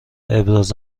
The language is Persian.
ابراز